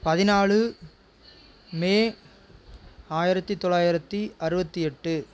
பதினாலு மே ஆயிரத்தி தொள்ளாயிரத்தி அறுபத்தி எட்டு